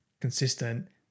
consistent